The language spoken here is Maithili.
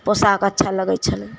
पोशाक अच्छा लगै छलै